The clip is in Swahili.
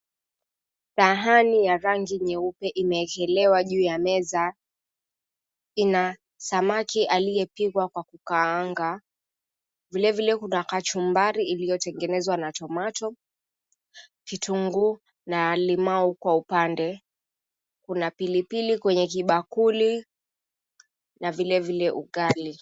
Sahani ya rangi nyeupe imeekelewa juu ya meza ina samaki aliyepikwa kwa kukaanga, vilevile kuna kachumbari iliyotengenezwa kwa tomato ,kitunguu na limau kwa upande. Kuna pilipili kwenye kibakuli na vile vile ugali.